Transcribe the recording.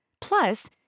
Plus